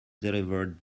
delivered